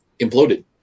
imploded